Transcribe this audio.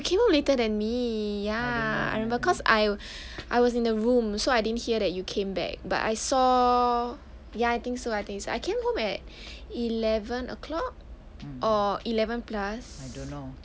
oh you came home later than me ya I remember cause I I was in the room so I didn't hear that you came back but I saw ya I think so I think s~ I came home at eleven o'clock or eleven plus